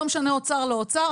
לא משנה אוצר לא אוצר,